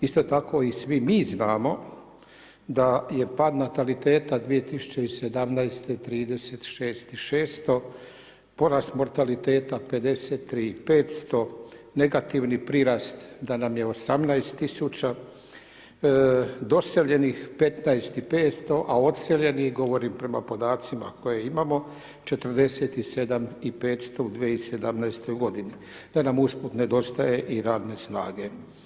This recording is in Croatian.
Isto tako i svi mi znamo da je pad nataliteta 2017., 2017. 36 i 600, porast mortaliteta 53 i 500, negativni prirast, da nam je 18 tisuća, doseljenih 15 i 500, a doseljenih govorim prema podacima koje imamo 47 i 500 u 2017. g. da nam usput nedostaje i radne snage.